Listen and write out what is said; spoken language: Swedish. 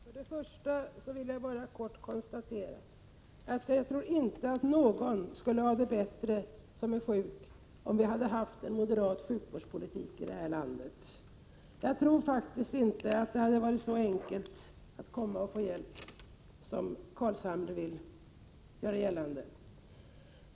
Fru talman! Först vill jag säga att jag inte tror att någon sjuk människa skulle ha haft det bättre, om vi hade haft en moderat sjukvårdspolitik i det här landet. Jag tror faktiskt inte att det hade varit så enkelt att få hjälp som Nils Carlshamre vill göra gällande.